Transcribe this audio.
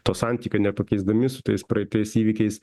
to santykio nepakeisdami su tais praeities įvykiais